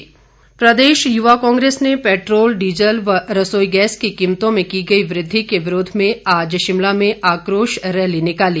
युवा कांग्रे स प्रदेश युवा कांग्रेस ने पेट्रोल डीजल व रसोई गैस की कीमतों में की गई वृद्धि के विरोध में आज शिमला में आक़ोश रैली निकाली